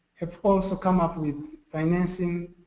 have also come up with financing